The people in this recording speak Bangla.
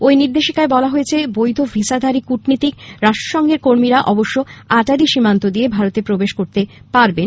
ওই নির্দেশিকায় বলা হয়েছে বৈধ ভিসাধারী কূটনীতিক রাষ্ট্রসংঘের কর্মীরা অবশ্য আটারি সীমান্ত দিয়ে ভারতে প্রবেশ করতে পারেন